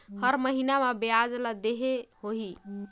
हर महीना मा ब्याज ला देहे होही?